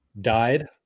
died